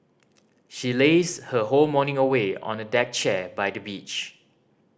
she lazed her whole morning away on a deck chair by the beach